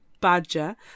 Badger